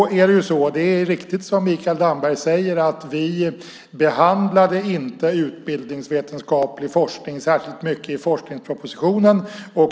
Det är riktigt som Mikael Damberg säger: Vi behandlade inte utbildningsvetenskaplig forskning särskilt mycket i forskningspropositionen.